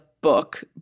book